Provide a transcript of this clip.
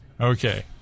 Okay